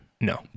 No